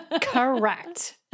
Correct